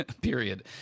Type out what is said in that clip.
period